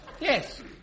Yes